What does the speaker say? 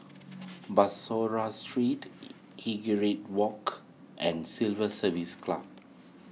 Bussorah Street Walk and Civil Service Club